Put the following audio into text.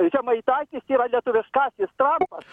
žemaitaitis yra lietuviškasis trampas